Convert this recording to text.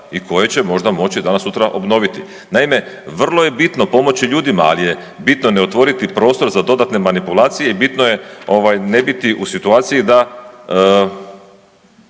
i koje će možda moći danas sutra obnoviti? Naime, vrlo je bitno pomoći ljudima, al je bitno ne otvoriti prostor za dodatne manipulacije i bitno je ovaj ne biti u situaciji da